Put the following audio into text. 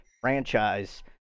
franchise